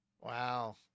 Wow